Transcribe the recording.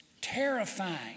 terrifying